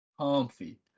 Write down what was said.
Comfy